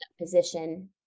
position